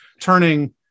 turning